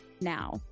now